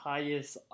Highest